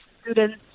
students